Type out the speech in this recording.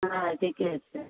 हँ ठीके छै